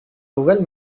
google